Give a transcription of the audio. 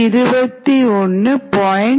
550 6